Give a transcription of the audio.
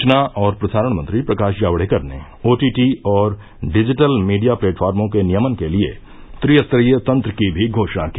सूचना और प्रसारण मंत्री प्रकाश जावड़ेकर ने ओटीटी और डिजिटल मीडिया प्लेटफार्मों के नियमन के लिए त्रिस्तरीय तंत्र की भी घोषणा की